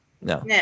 No